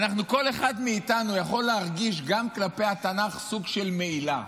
כל אחד מאיתנו יכול להרגיש גם כלפי התנ"ך סוג של מעילה,